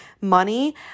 money